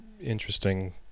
interesting